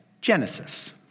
Genesis